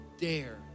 dare